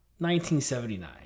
1979